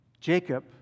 Jacob